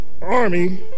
Army